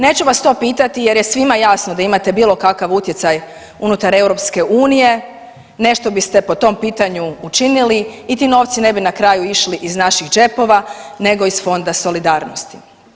Neću vas to pitati jer je svima jasno da imate bilo kakav utjecaj unutar EU nešto biste po tom pitanju učinili i ti novci ne bi na kraju išli iz naših džepova nego iz Fonda solidarnosti.